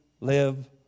Live